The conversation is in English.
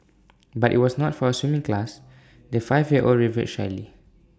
but IT was not for A swimming class the five year old revealed shyly